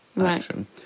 action